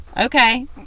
Okay